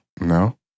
No